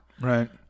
Right